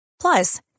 Plus